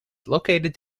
located